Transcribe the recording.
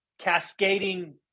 cascading